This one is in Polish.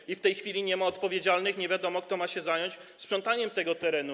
I w tej chwili nie ma odpowiedzialnych, nie wiadomo, kto ma się zająć sprzątaniem tego terenu.